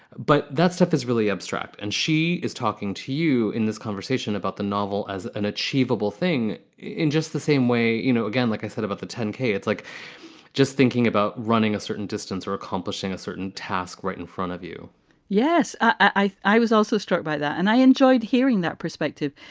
but that stuff is really abstract. and she is talking to you in this conversation about the novel as an achievable thing in just the same way. you know, again, like i said about the ten k, it's like just thinking about running a certain distance or accomplishing a certain task right in front of you yes. i i was also struck by that and i enjoyed hearing that perspective.